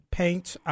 paints